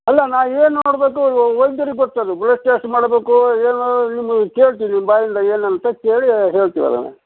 ಅಲ್ಲ ನಾನು ಏನು ನೋಡಬೇಕು ವೈದ್ಯರಿಗೆ ಗೊತ್ತದು ಬ್ಲಡ್ ಟೆಸ್ಟ್ ಮಾಡಬೇಕು ಏನು ನಿಮಗೆ ಕೇಳ್ತೀವಿ ನಿಮ್ಮ ಬಾಯಿಂದ ಏನು ಅಂತ ಕೇಳಿ ಹೇಳ್ತೀವಿ ಅದನ್ನು